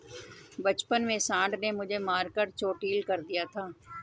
बचपन में सांड ने मुझे मारकर चोटील कर दिया था